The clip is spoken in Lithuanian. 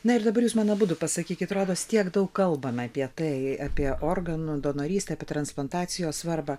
na ir dabar jūs man abudu pasakykit rodos tiek daug kalbame apie tai apie organų donorystę apie transplantacijos svarbą